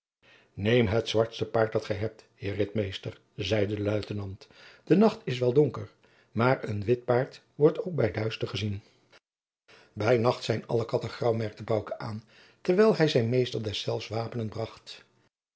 neem het zwartste paard dat gij hebt heer ritmeester zeide de luitenant de nacht is wel donker maar een wit paard wordt ook bij duister gezien bij nacht zijn alle katten graauw merkte bouke aan terwijl hij zijn meester deszelfs wapenen aanbracht